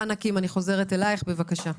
חנה קים, אני חוזרת אליך, בבקשה.